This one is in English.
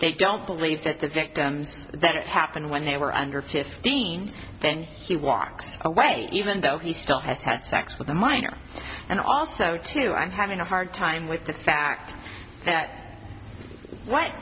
they don't believe that the victims that happened when they were under fifteen then he walks away even though he still has had sex with a minor and also to i'm having a hard time with the fact that what